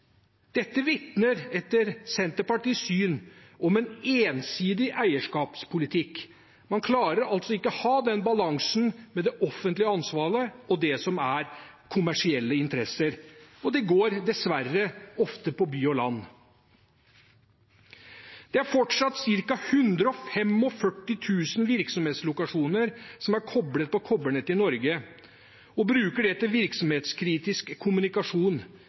Dette vitner etter Senterpartiets syn om en ensidig eierskapspolitikk. Man klarer ikke å ha balansen mellom det offentlige ansvaret og det som er kommersielle interesser, og det går dessverre ofte på by og land. Det er fortsatt ca. 145 000 virksomhetslokasjoner som er koblet på kobbernettet i Norge og bruker det til virksomhetskritisk kommunikasjon.